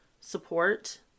support